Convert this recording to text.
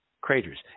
craters